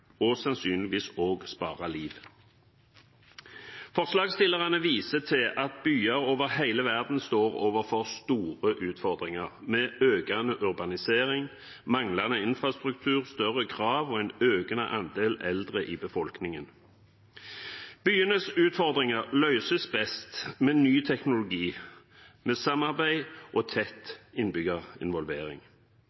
og sannsynligvis også spare liv. Forslagsstillerne viser til at byer over hele verden står overfor store utfordringer, med økende urbanisering, manglende infrastruktur, større krav og en økende andel eldre i befolkningen. Byenes utfordringer løses best med ny teknologi, med samarbeid og tett